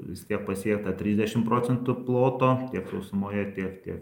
vis tiek pasiekt tą trisdešim procentų ploto tiek sausumoje tiek tiek